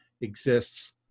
exists